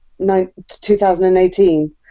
2018